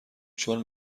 چون